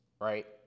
right